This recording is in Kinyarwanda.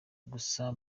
gusa